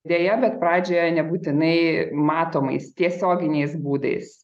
deja bet pradžioje nebūtinai matomais tiesioginiais būdais